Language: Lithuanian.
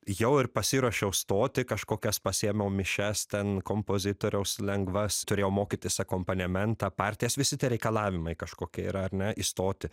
jau ir pasiruošiau stoti kažkokias pasiėmiau mišias ten kompozitoriaus lengvas turėjau mokytis akompanementą partijas visi tie reikalavimai kažkokie yra ar ne įstoti